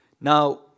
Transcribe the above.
Now